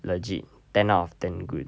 legit ten out of ten good